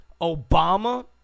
Obama